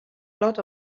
lot